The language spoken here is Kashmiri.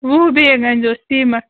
وُہ بیگ أنۍزیٚو سیٖمَٹھ